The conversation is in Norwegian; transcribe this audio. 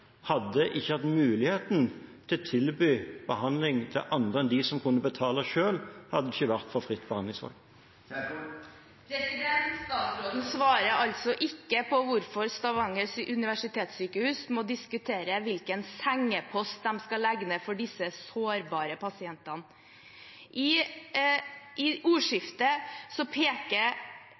hadde en ikke hatt muligheten til å gi til andre enn dem som kunne betale selv, hadde det ikke vært for fritt behandlingsvalg. Statsråden svarer altså ikke på hvorfor Stavanger universitetssjukehus må diskutere hvilken sengepost de skal legge ned for disse sårbare pasientene. I ordskiftet peker